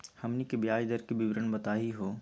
हमनी के ब्याज दर के विवरण बताही हो?